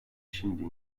şimdi